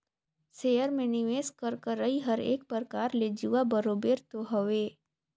share में निवेस कर करई हर एक परकार ले जुआ बरोबेर तो हवे